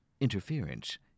interference